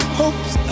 hopes